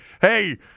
hey